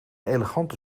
elegante